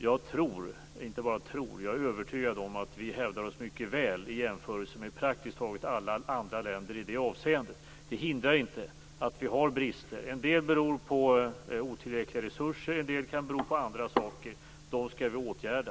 Jag tror - och jag är övertygad om - att Sverige hävdar sig mycket väl i jämförelse med praktiskt taget alla andra länder i det avseendet. Det hindrar inte att vi har brister. En del beror på otillräckliga resurser och en del kan bero på andra saker. Dem skall vi åtgärda.